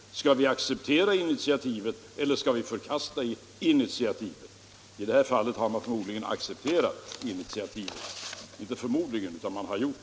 I det här fallet har de accepterat initiativet.